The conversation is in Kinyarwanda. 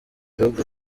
bihugu